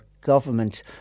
government